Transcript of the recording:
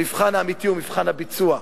המבחן האמיתי הוא מבחן הביצוע.